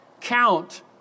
count